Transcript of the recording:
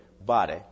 body